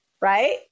Right